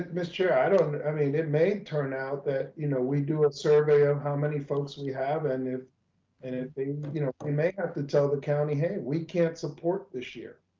ah ms. chair, i i mean it may turn out that you know we do a survey of how many folks we have and if and anything, you know we may have to tell the county, hey, we can't support this year.